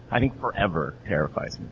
i think forever terrifies me.